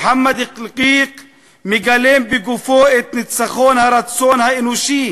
מוחמד אלקיק מגלם בגופו את ניצחון הרצון האנושי